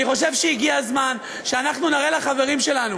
אני חושב שהגיע הזמן שאנחנו נראה לחברים שלנו,